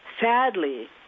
sadly